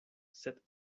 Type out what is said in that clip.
sed